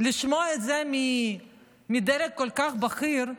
לשמוע את זה מדרג כל כך בכיר,